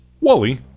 Wally